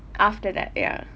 after that ya